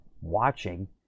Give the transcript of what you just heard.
watching